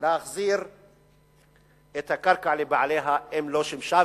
להחזיר את הקרקע לבעליה אם לא שימשה,